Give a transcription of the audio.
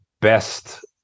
best